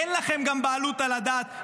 גם אין לכם בעלות על הדת,